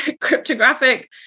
cryptographic